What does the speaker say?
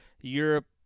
Europe